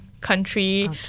country